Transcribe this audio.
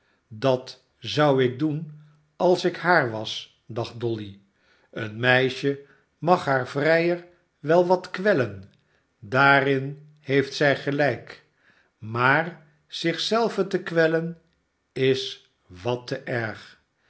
dat zou ik doen als ik haar was dacht dolly een meisje mag haar vrijer wel wat kwellen daarin heeft zij gelijk maar zich zelve te kwellen is wat te